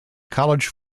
college